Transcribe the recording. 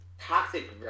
toxic